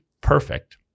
perfect